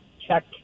check